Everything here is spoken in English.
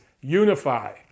unify